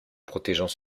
protégeant